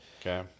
Okay